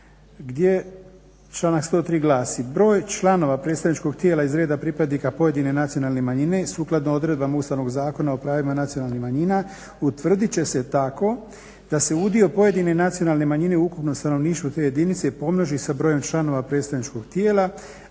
gdje članak 103.glasi "Broj članova predstavničkog tijela iz reda pripadnika pojedine nacionalne manjine sukladno odredbama Ustavnog zakona o pravima nacionalnih manjina utvrdit će se tako da se udio pojedine nacionalne manjine u ukupnom stanovništvu te jedinice pomnoži sa brojem članova predstavničkog tijela,